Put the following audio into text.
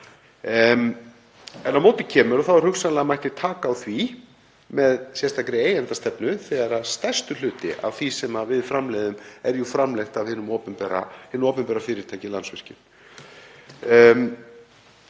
en á móti kemur að hugsanlega mætti taka á því með sérstakri eigendastefnu þegar stærstur hluti af því sem við framleiðum er framleitt af hinu opinbera fyrirtæki, Landsvirkjun.